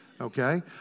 Okay